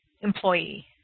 employee